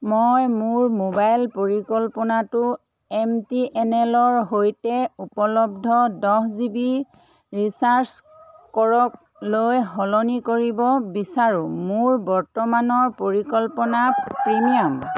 মই মোৰ মোবাইল পৰিকল্পনাটো এম টি এন এল ৰ সৈতে উপলব্ধ দহ জি বি ৰিচাৰ্জ কৰকলৈ সলনি কৰিব বিচাৰো মোৰ বৰ্তমানৰ পৰিকল্পনা প্ৰিমিয়াম